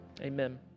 Amen